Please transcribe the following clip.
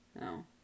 no